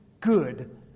good